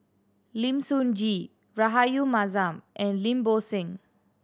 Lim Sun Gee Rahayu Mahzam and Lim Bo Seng